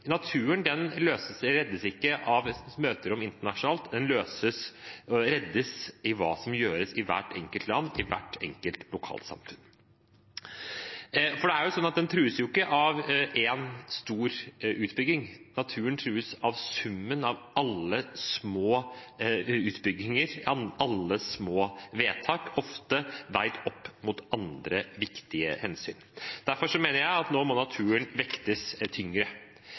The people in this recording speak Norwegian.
Naturen reddes ikke i et møterom internasjonalt. Den reddes i det som gjøres i hvert enkelt land, i hvert enkelt lokalsamfunn. Det er ikke sånn at naturen trues av én stor utbygging; naturen trues av summen av alle små utbygginger, alle små vedtak, ofte veid opp mot andre viktige hensyn. Derfor mener jeg at naturen nå må vektes tyngre.